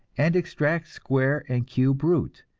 and extract square and cube root,